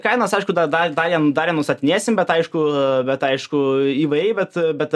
kainos aišku da da da jam dar nustatinėsim bet aišku bet aišku įvairiai bet bet